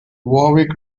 warwick